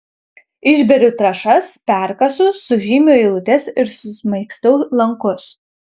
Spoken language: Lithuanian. išberiu trąšas perkasu sužymiu eilutes ir susmaigstau lankus